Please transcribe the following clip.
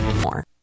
More